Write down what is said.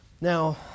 Now